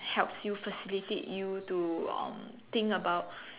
helps you facilitate you to um think about